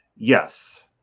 Yes